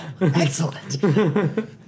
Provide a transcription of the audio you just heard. Excellent